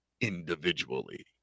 individually